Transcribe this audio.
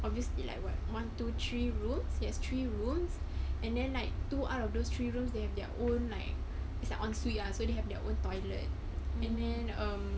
obviously like what one two three rooms yes three rooms and then like two out of those three rooms they have their own like it's like en suite ya so they have their own toilet and then um